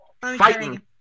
fighting